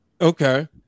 okay